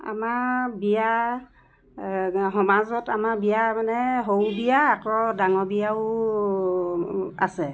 আমাৰ বিয়া সমাজত আমাৰ বিয়া মানে সৰু বিয়া আকৌ ডাঙৰ বিয়াও আছে